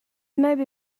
maybe